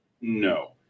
No